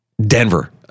Denver